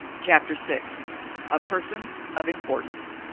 chapter six a person of importance